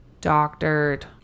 doctored